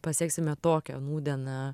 pasieksime tokią nūdieną